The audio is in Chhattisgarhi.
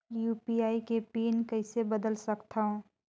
यू.पी.आई के पिन कइसे बदल सकथव?